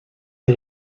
des